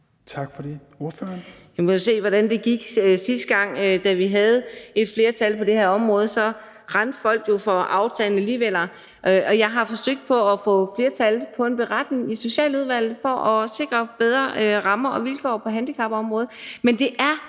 Tak for det.